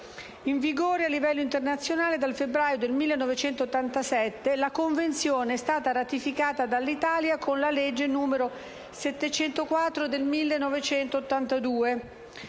In vigore a livello internazionale dal febbraio 1987, la Convenzione è stata ratificata dall'Italia con la legge n. 704 del 1982.